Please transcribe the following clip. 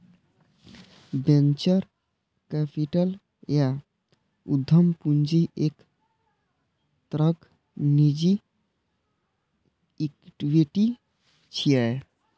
venture capital या उद्यम पूंजी एक तरहक निजी इक्विटी छियै